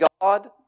God